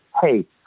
hey